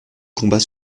combats